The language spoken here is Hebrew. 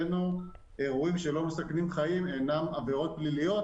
אירועים שלא מסכנים חיים אינם עבירות פליליות,